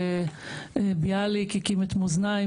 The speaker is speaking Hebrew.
ביאליק הקים את "מאזניים",